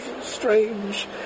strange